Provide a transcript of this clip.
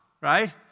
right